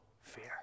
fear